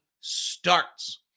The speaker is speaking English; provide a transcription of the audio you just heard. starts